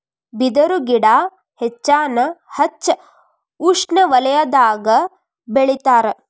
ಬಿದರು ಗಿಡಾ ಹೆಚ್ಚಾನ ಹೆಚ್ಚ ಉಷ್ಣವಲಯದಾಗ ಬೆಳಿತಾರ